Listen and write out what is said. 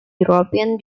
european